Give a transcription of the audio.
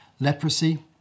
leprosy